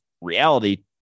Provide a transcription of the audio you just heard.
reality